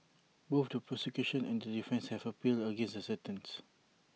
both the prosecution and the defence have appealed against the sentence